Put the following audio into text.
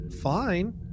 fine